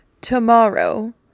tomorrow